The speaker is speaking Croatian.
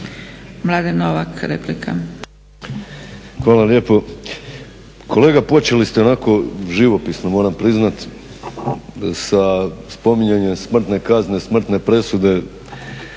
Mladen Novak, replika.